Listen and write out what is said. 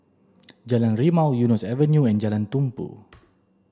Jalan Rimau Eunos Avenue and Jalan Tumpu